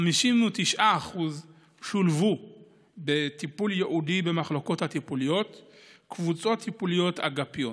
59% שולבו בטיפול ייעודי במחלקות הטיפוליות ובקבוצות טיפוליות אגפיות,